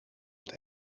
het